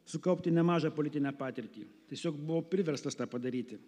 sukaupti nemažą politinę patirtį tiesiog buvau priverstas tą padaryti